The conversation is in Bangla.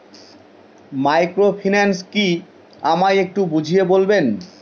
মাইক্রোফিন্যান্স কি আমায় একটু বুঝিয়ে বলবেন?